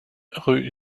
rue